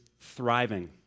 thriving